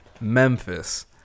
Memphis